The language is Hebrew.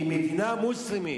היא מדינה מוסלמית,